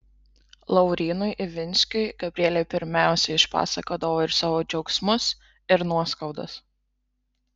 laurynui ivinskiui gabrielė pirmiausia išpasakodavo ir savo džiaugsmus ir nuoskaudas